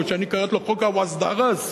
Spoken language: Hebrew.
או שאני קראתי לו: חוק ה"וג'ע ראס",